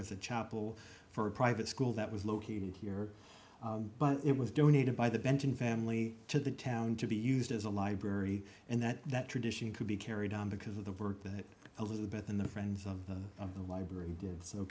as a chapel for a private school that was located here but it was donated by the benton family to the town to be used as a library and that that tradition could be carried on because of the work that elizabeth and the friends of the of the library